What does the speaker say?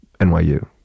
NYU